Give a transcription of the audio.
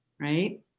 Right